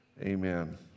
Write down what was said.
amen